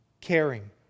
Caring